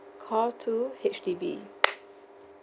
call two H_D_B